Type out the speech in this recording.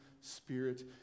spirit